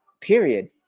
period